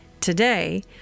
today